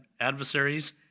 adversaries